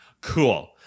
Cool